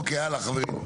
אוקיי, יאללה חברים.